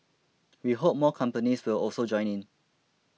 we hope more companies will also join in